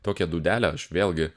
tokią dūdelę aš vėlgi